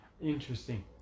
Interesting